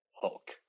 Hulk